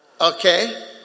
Okay